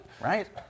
Right